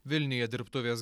vilniuje dirbtuvės